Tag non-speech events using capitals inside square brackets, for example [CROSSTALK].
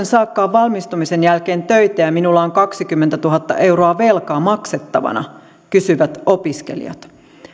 [UNINTELLIGIBLE] saakaan valmistumisen jälkeen töitä ja minulla on kaksikymmentätuhatta euroa velkaa maksettavana kysyvät opiskelijat